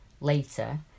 Later